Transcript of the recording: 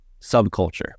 subculture